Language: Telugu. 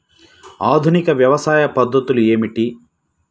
ఆధునిక వ్యవసాయ పద్ధతులు ఏమిటి?